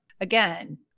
again